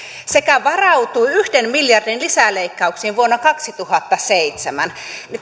sekä varautui yhden miljardin lisäleikkauksiin vuonna kaksituhattaseitsemän